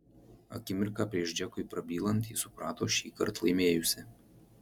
akimirką prieš džekui prabylant ji suprato šįkart laimėjusi